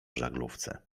żaglówce